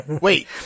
Wait